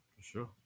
Sure